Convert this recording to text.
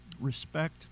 respect